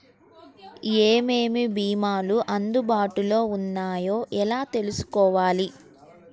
ఏమేమి భీమాలు అందుబాటులో వున్నాయో ఎలా తెలుసుకోవాలి?